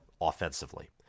offensively